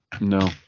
No